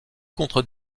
contre